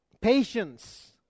patience